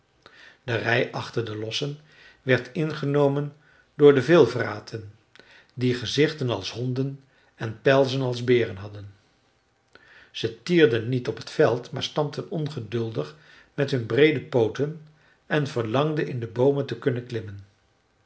de rij achter de lossen werd ingenomen door de veelvraten die gezichten als honden en pelzen als beren hadden zij tierden niet op het veld maar stampten ongeduldig met hun breede pooten en verlangden in de boomen te kunnen klimmen